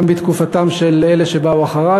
וגם בתקופתם של אלה שבאו אחרי,